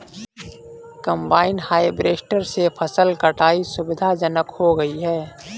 combine harvester से फसल कटाई सुविधाजनक हो गया है